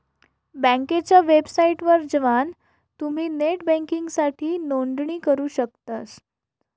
बँकेच्या वेबसाइटवर जवान तुम्ही नेट बँकिंगसाठी नोंदणी करू शकतास